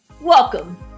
Welcome